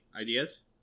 ideas